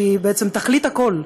שהיא בעצם תכלית הכול,